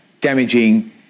damaging